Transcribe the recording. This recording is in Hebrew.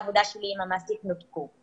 העבודה את כל הנשים בחברה הערבית ואת כל העובדים.